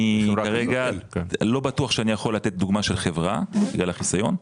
אני לא בטוח שאני יכול לתת דוגמה של חברה בגלל החיסיון.